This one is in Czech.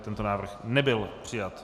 Tento návrh nebyl přijat.